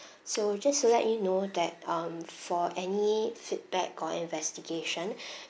so just to let you know that um for any feedback or investigation